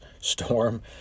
storm